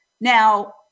Now